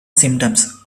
symptoms